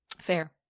fair